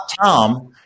Tom